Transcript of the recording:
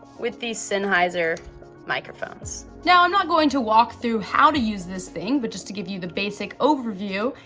with the sennheiser microphones. now i'm not going to walk through how to use this thing but just to give you the basic overview,